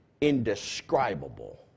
indescribable